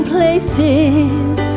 places